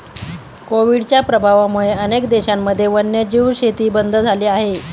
कोविडच्या प्रभावामुळे अनेक देशांमध्ये वन्यजीव शेती बंद झाली आहे